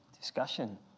Discussion